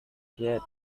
piet